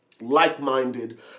like-minded